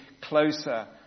closer